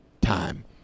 time